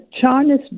China's